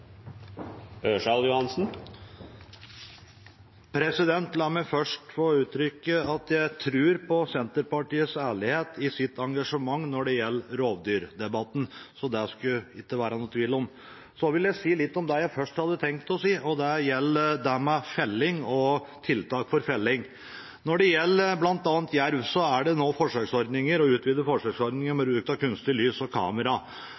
La meg først få uttrykke at jeg tror på Senterpartiets ærlighet i deres engasjement når det gjelder rovdyrdebatten, det skulle det ikke være noen tvil om. Jeg vil si litt om det jeg først hadde tenkt å si, og det gjelder felling og tiltak for felling. Når det gjelder bl.a. jerv, er det nå utvidede forsøksordninger med bruk av kunstig lys og kamera.